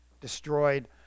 destroyed